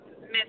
Miss